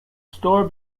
store